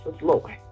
Lord